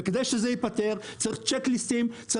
זה